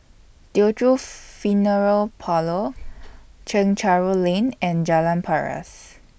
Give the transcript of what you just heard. Teochew Funeral Parlour Chencharu Lane and Jalan Paras